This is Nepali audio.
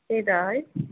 त्यही त है